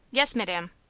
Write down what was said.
yes, madam.